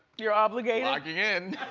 you're obligated. logging in.